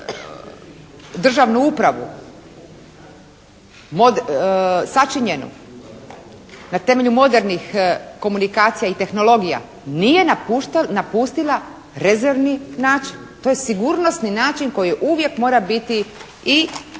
državnu upravu sačinjenu na temelju modernih komunikacija i tehnologija nije napustila rezervni način. To je sigurnosni način koji uvijek mora biti i u